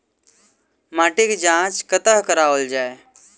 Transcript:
माटिक जाँच कतह कराओल जाए?